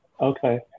Okay